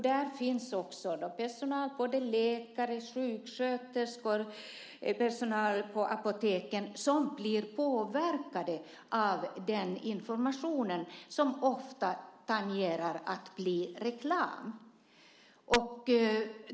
Där finns också personal, både läkare och sjuksköterskor och personal på apoteken, som blir påverkade av den informationen, som ofta tangerar reklam.